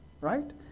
right